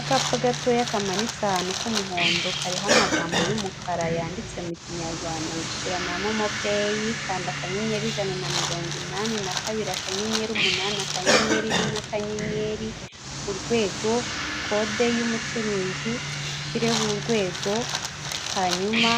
Akapa gatoya kamanitse ahantu k'umuhondo kariho amagambo y'umukara yanditse mu kinyarwanda ngo ishyura na momopeyi, kanda akanyenyeri ijana na mirongo inani na kabiri akanyenyeri umunani akanyenyeri rimwe akanyenyeri urwego, kode y'umucuruzi ushyireho urwego hanyuma